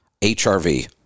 HRV